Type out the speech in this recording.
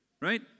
Right